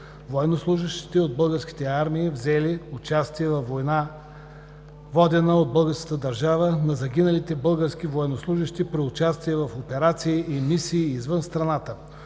военнослужещи от българската армия взели участие във война, водена от българската държава, на загиналите български военнослужещи при участие в операции и мисии извън страната,